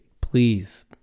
please